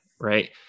Right